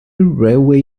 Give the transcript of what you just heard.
railway